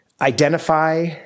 identify